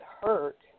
hurt